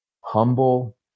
humble